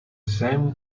same